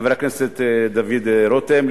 חבר הכנסת דוד רותם,